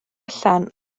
allan